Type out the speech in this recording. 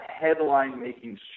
headline-making